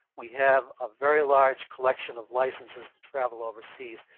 we have a very large collection of licenses to travel overseas.